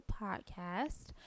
podcast